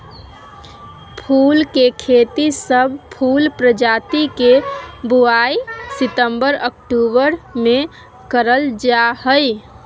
फूल के खेती, सब फूल प्रजाति के बुवाई सितंबर अक्टूबर मे करल जा हई